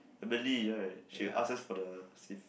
the belly right she ask us for the receipt